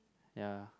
ya